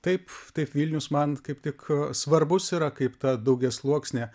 taip taip vilnius man kaip tik svarbus yra kaip ta daugiasluoksnė